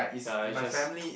ya it's just